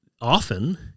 often